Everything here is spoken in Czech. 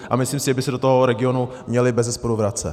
A myslím si, že by se do toho regionu měly bezesporu vracet.